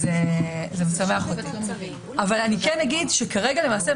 אני רוצה שנייה לחזור לרגע צעד אחורה